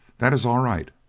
that is all right,